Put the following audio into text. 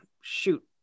shoot